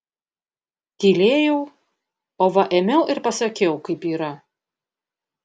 tylėjau o va ėmiau ir pasakiau kaip yra